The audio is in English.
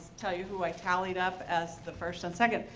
tell you who i tallied up as the first and second,